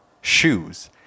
shoes